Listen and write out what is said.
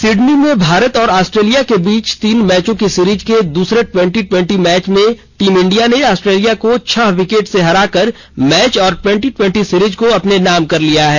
Sydney में भारत और Australia के बीच तीन मैचों की सीरीज के दूसरे ट्वेंटी ट्वेंटी मैच में टीम इंडिया ने ऑस्ट्रेलिया को छह विकेट से हराकर मैच और ट्वेंटी ट्वेंटी सीरीज अपने नाम कर ली है